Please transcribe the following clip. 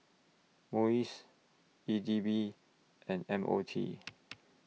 Muis E D B and M O T